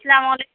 السّلام علیکم